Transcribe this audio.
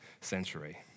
century